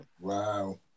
Wow